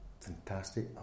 fantastic